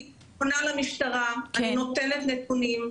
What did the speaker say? אני פונה למשטרה, אני נותנת נתונים,